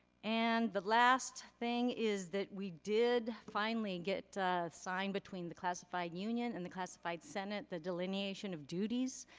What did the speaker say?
and the last thing is that we did finally and get signed between the classified union and the classified senate, the delineation of duties.